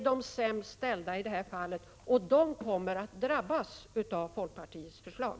Dessa kategorier kommer att drabbas av folkpartiets förslag.